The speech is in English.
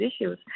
issues